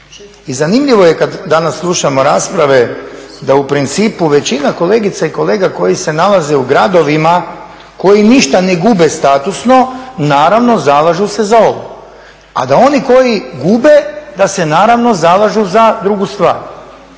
I zanimljivo je kad danas slušamo rasprave da u principu većina kolegica i kolega koji se nalaze u gradovima, koji ništa ne gube statusno, naravno zalažu se za ovo. A da oni koji gube, da se naravno zalažu za drugu stvar.